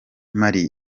mali